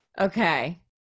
Okay